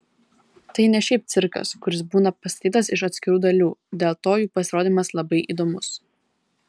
tai ne šiaip cirkas kuris būna pastatytas iš atskirų dalių dėl to jų pasirodymas labai įdomus